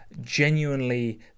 genuinely